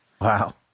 Wow